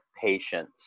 patience